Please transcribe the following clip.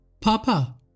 Papa